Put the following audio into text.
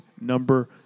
number